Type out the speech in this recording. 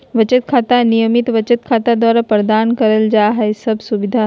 बचत खाता, नियमित बचत खाता द्वारा प्रदान करल जाइ वाला सब सुविधा हइ